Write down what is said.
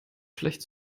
schlecht